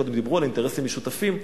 קודם דיברו על אינטרסים משותפים.